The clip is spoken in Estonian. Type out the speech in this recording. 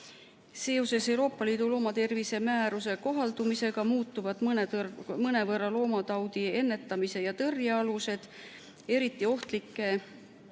Seoses Euroopa Liidu loomatervise määruse kohaldumisega muutuvad mõnevõrra loomataudi ennetamise ja tõrje alused. Eriti ohtlike